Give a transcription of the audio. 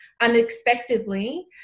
unexpectedly